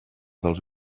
dels